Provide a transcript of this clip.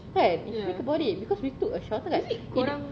kan if you think about it because we took a shorter cut